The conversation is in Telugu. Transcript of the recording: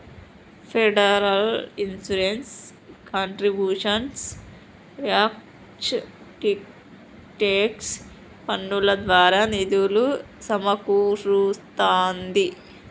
federal insurance contributions act tax పన్నుల ద్వారా నిధులు సమకూరుస్తాంది